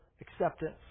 acceptance